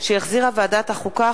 שהחזירה ועדת החוקה,